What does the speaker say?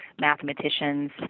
mathematicians